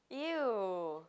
[eww]